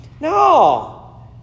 No